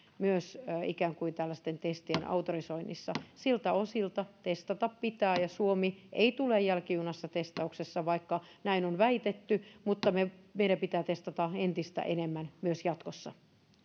myös ikään kuin tällaisten testien auktorisoinnissa testata pitää ja suomi ei tule jälkijunassa testauksessa vaikka näin on väitetty mutta meidän pitää testata entistä enemmän myös jatkossa